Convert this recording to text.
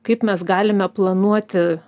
kaip mes galime planuoti